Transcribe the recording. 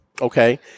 okay